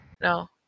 No